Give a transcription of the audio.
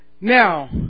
Now